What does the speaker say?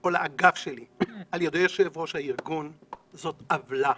או לאגף שלי על ידי יושב-ראש הארגון זאת עוולה,